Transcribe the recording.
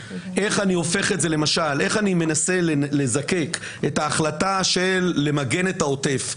איך אני מנסה לזקק את ההחלטה למגן את העוטף?